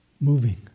moving